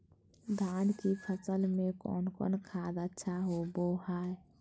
धान की फ़सल में कौन कौन खाद अच्छा होबो हाय?